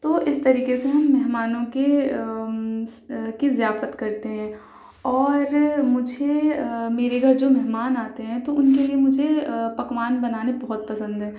تو اِس طریقے سے ہم مہمانوں کے کی ضیافت کرتے ہیں اور مجھے میرے گھر جو مہمان آتے ہیں تو اُن کے لیے مجھے پکوان بنانے بہت پسند ہے